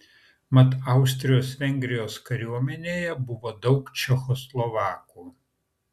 mat austrijos vengrijos kariuomenėje buvo daug čekoslovakų